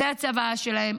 זו הצוואה שלהם.